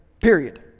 period